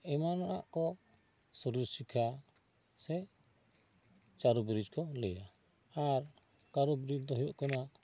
ᱮᱢᱟᱱᱟᱜ ᱠᱚ ᱥᱚᱨᱤᱨ ᱥᱤᱠᱠᱷᱟ ᱥᱮ ᱪᱟᱨᱚ ᱜᱨᱤᱡ ᱠᱚ ᱞᱟᱹᱭᱟ ᱟᱨ ᱠᱟᱨᱚ ᱜᱨᱤᱡ ᱫᱚ ᱦᱩᱭᱩᱜ ᱠᱟᱱᱟ